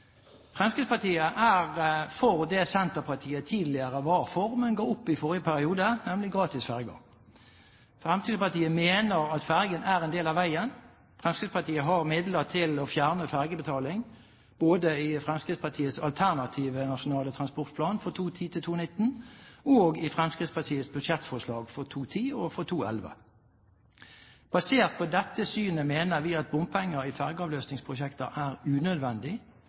Fremskrittspartiet er for det Senterpartiet tidligere var for, men ga opp i forrige periode, nemlig gratis ferger. Fremskrittspartiet mener at fergen er en del av veien. Fremskrittspartiet har midler til å fjerne fergebetaling både i Fremskrittspartiets alternative nasjonale transportplan for 2010–2019 og i Fremskrittspartiets budsjettforslag for 2010 og for 2011. Basert på dette synet mener vi at bompenger i fergeavløsningsprosjekter er unødvendig,